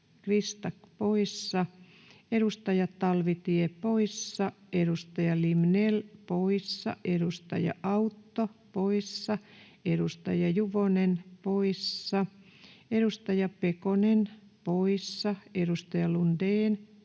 Krista poissa, edustaja Talvitie poissa, edustaja Limnell poissa, edustaja Autto poissa, edustaja Juvonen poissa, edustaja Pekonen poissa, edustaja Lundén poissa,